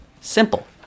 Simple